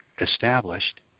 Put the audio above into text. established